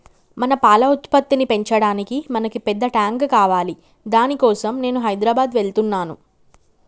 మన పాల ఉత్పత్తిని పెంచటానికి మనకి పెద్ద టాంక్ కావాలి దాని కోసం నేను హైదరాబాద్ వెళ్తున్నాను